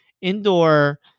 indoor